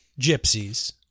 gypsies